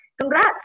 Congrats